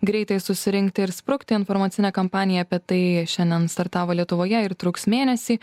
greitai susirinkti ir sprukti informacinė kampanija apie tai šiandien startavo lietuvoje ir truks mėnesį